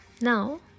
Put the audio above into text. Now